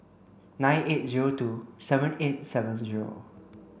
nine eight zero two seven eight seven zero